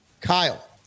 Kyle